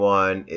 one